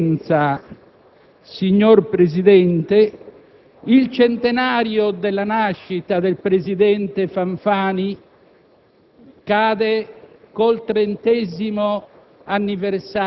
Per una singolare coincidenza, signor Presidente, il centenario della nascita del presidente Fanfani